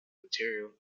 material